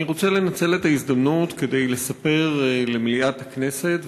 אני רוצה לנצל את ההזדמנות כדי לספר למליאת הכנסת,